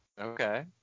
Okay